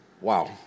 Wow